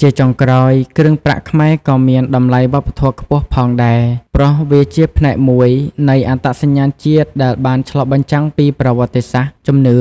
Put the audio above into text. ជាចុងក្រោយ គ្រឿងប្រាក់ខ្មែរក៏មាន តម្លៃវប្បធម៌ខ្ពស់ ផងដែរ ព្រោះវាជាផ្នែកមួយនៃអត្តសញ្ញាណជាតិដែលបានឆ្លុះបញ្ចាំងពីប្រវត្តិសាស្ត្រ ជំនឿ